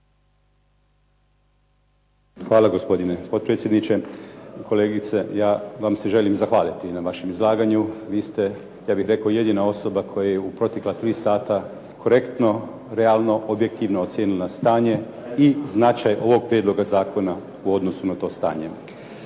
Hvala gospodine potpredsjedniče. Kolegice, ja vam se želim zahvaliti na vašem izlaganju. Vi ste, ja bih rekao, jedina osoba koja je u protekla tri sata korektno, realno, objektivno ocijenila stanje i značaj ovog prijedloga zakona u odnosu na to stanje.